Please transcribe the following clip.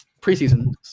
preseason